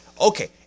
Okay